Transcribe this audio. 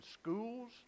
schools